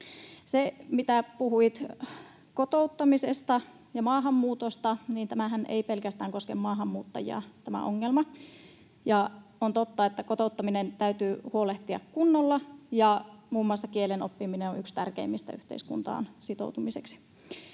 Se, mitä puhuit kotouttamisesta ja maahanmuutosta: Tämä ongelmahan ei koske pelkästään maahanmuuttajia. On totta, että kotouttamisesta täytyy huolehtia kunnolla, ja muun muassa kielen oppiminen on yksi tärkeimmistä tekijöistä yhteiskuntaan sitoutumisessa.